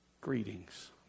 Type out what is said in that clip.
Greetings